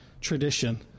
tradition